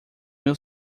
meu